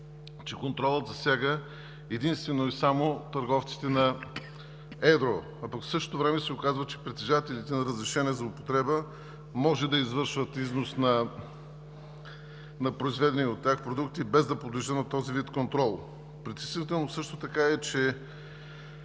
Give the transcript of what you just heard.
че контролът засяга единствено и само търговците на едро, а пък в същото време се оказва, че притежателите на разрешение за употреба може да извършват износ на произведени от тях продукти без да подлежи на този вид контрол. Притеснително също така е, че